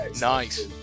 Nice